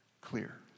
clear